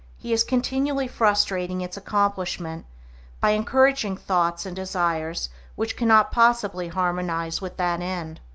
he is continually frustrating its accomplishment by encouraging thoughts and desires which cannot possibly harmonize with that end.